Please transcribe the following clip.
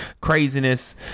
craziness